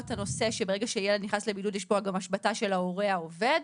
הנושא שברגע שילד נכנס לבידוד יש פה גם השבתה של ההורה העובד.